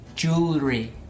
Jewelry